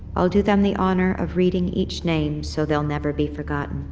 i'll do them the honor of reading each name, so they will never be forgotten